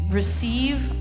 receive